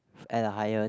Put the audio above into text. and a higher